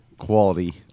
Quality